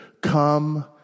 Come